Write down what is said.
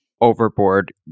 overboard